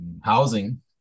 housing